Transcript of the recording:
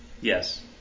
Yes